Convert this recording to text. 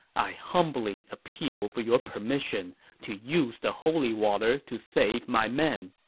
i humbly appeal for your permission to use the holy water to save my men.